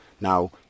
Now